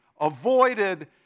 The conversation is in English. avoided